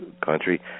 country